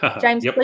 James